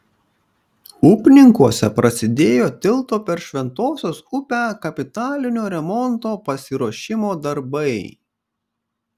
upninkuose prasidėjo tilto per šventosios upę kapitalinio remonto pasiruošimo darbai